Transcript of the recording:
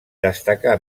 destacà